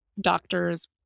doctors